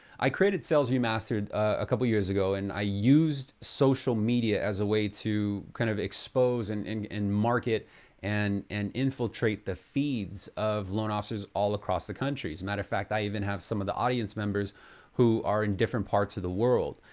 i created sales remastered a couple years ago. and i used social media as a way to, kind of, expose and and and market and and infiltrate the feeds of loan officers all across the matter of fact, i even have some of the audience members who are in different parts of the world.